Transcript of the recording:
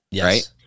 right